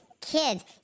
kids